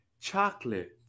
chocolate